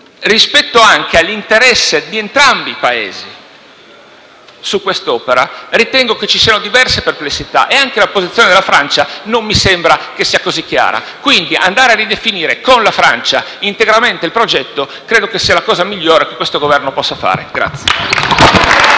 Rispetto anche all'interesse di entrambi i Paesi su quest'opera, ritengo che ci siano diverse perplessità. Anche la posizione della Francia non mi sembra che sia così chiara. Quindi andare a ridefinire con la Francia integralmente il progetto credo sia la cosa migliore che questo Governo possa fare.